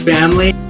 Family